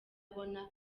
abona